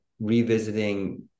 revisiting